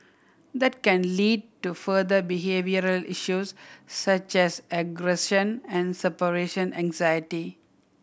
that can lead to further behavioural issues such as aggression and separation anxiety